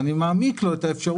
אני מעמיק לו את האפשרות,